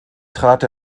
trat